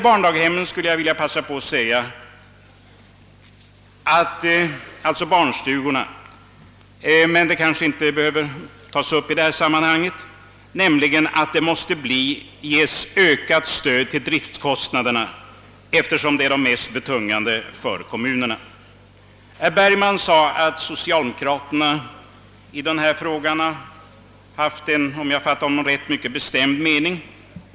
Jag vill passa på tillfället att säga — ehuru det kanske inte skulle behöva tagas upp i detta samanhang — att barnstugorna måste få ökat stöd till driftkostnaderna, som är mest betungande för kommunerna. Herr Bergman sade, om jag fattade honom rätt, att socialdemokraterna i denna fråga haft en mycket bestämd mening.